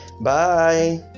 bye